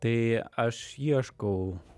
tai aš ieškau